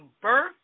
birth